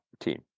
team